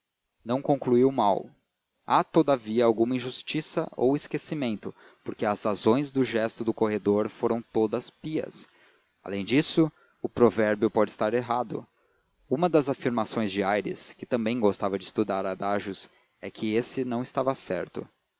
não conclui mal há todavia alguma injustiça ou esquecimento porque as razões do gesto do corredor foram todas pias além disso o provérbio pode estar errado uma das afirmações de aires que também gostava de estudar adágios é que esse não estava certo